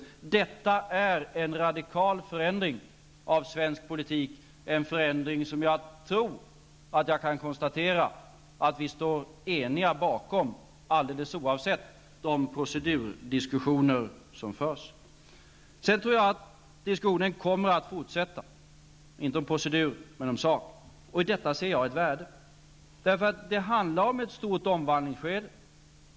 Detta är en radikal förändring av svensk politik, en förändring som jag tror att jag kan konstatera att vi står eniga bakom, alldeles oavsett de procedurdiskussioner som förs. Jag tror också att diskussionen kommer att fortsätta, inte om procedur men om sak, och i detta ser jag ett värde. Det handlar om ett skede av stor omvandling.